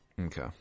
Okay